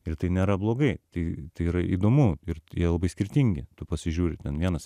ir tai nėra blogai tai yra įdomu ir jie labai skirtingi tu pasižiūri ten vienas